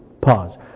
Pause